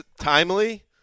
timely